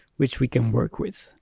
which we can work with.